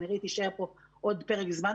כנראה היא תישאר פה עוד פרק זמן,